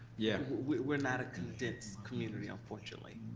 yeah we're not a condensed community, unfortunately.